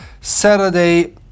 Saturday